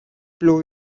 blow